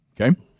Okay